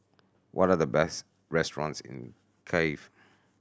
what are the best restaurants in Kiev